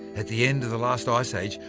at the end of the last ice age,